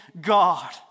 God